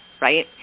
right